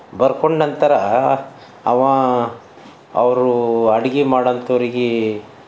ಬರ್ಕೊಂಡು ನಂತರ ಅವಾ ಅವ್ರ ಅಡುಗೆ ಮಾಡುವಂಥವರಿಗೆ